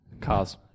Cars